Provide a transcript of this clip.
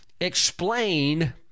explain